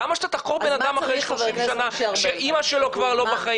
למה שאתה תחקור בן אדם אחרי 30 שנה כשאמא שלו כבר לא בחיים?